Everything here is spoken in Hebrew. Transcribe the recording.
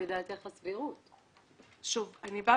אל תחזרי אלי אלא אם כן יש דרך בטוחה לעשות את זה בלי שאף אחד אחר יודע,